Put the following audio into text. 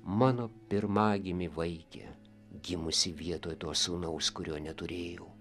mano pirmagimi vaike gimusi vietoj to sūnaus kurio neturėjau